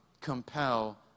compel